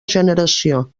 generació